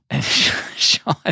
Sean